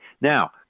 now